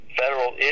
federal